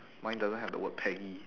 mine doesn't have the word peggy